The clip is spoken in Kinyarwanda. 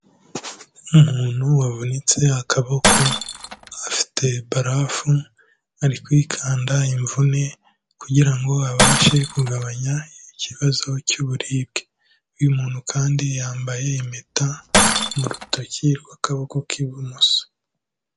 Umuntu wavunitse akaboko, afite barafu, ari kwikanda imvune kugira ngo abashe kugabanya ikibazo cy'uburibwe. Uyu muntu kandi yambaye impeta mu rutoki rw'akaboko k'ibumoso.